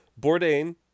Bourdain